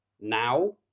now